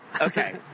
Okay